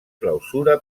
clausura